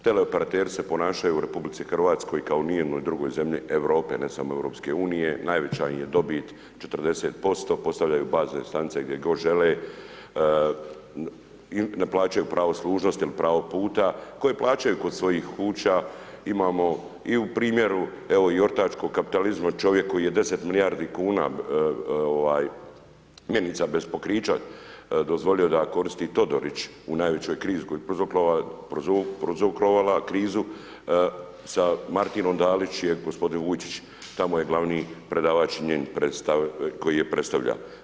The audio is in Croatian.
Teleoperateri se ponašaju u RH kao u nijednoj drugoj zemlji Europe, ne samo EU-a, najveća im je dobit 40%, postavljaju bazne stanice gdje god žele i ne plaćaju pravo služnosti ili pravo puta koje plaćaju kod svojih kuća, imamo i u primjeru evo i ortačkog kapitalizma, čovjek koji je 10 milijardi kuna mjenica bez pokrića dozvolio da koristi Todorić u najveći krizi koju je prouzrokovala krizu sa Martinom Dalić je gospodin Vujčić, tamo je glavni predavač koji je predstavlja.